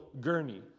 gurney